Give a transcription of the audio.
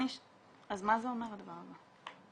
אז מה זה אומר, הדבר הזה?